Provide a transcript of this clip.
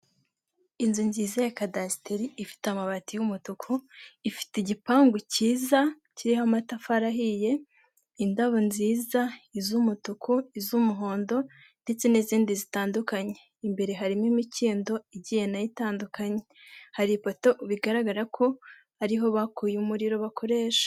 Inzu nziza ya kadasiteri ifite amabati y'umutuku ifite igipangu cyiza kiriho amatafari ahiye indabo nziza z'umutuku, iz'umuhondo ndetse n'izindi zitandukanye imbere harimo imikindo igiye nayo itandukanye hari ipato bigaragara ko ariho bakuye umuriro bakoresha.